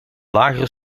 lagere